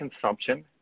consumption